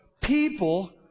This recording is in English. people